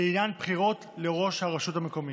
לעניין בחירות לראש הרשות המקומית.